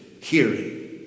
hearing